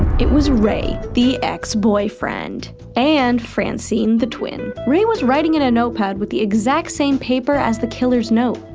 it was ray, the ex-boyfriend, and francine the twin. ray was writing in a notepad with the exact same paper as the killer's note,